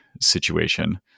situation